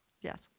yes